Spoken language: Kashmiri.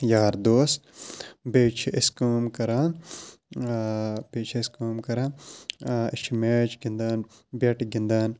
یار دوس بیٚیہِ چھِ أسۍ کٲم کَران بیٚیہِ چھِ أسۍ کٲم کَران أسۍ چھِ میچ گِنٛدان بٮ۪ٹہٕ گِنٛدان